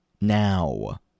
Now